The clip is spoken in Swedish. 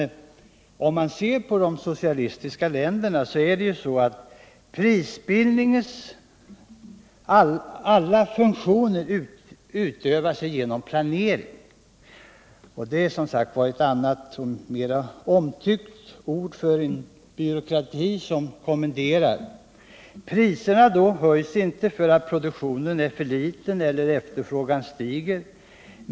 I de socialistiska länderna utövas prisbildningens alla funktioner genom planering, och det är, som jag tidigare sagt, ett annat och mera omtyckt ord för en byråkrati som kommenderar. Priserna höjs inte på grund av att produktionen är för liten eller på grund av att efterfrågan stiger.